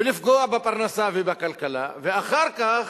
ולפגוע בפרנסה ובכלכלה, ואחר כך,